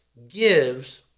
Gives